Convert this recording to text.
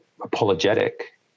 apologetic